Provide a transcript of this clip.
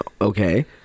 Okay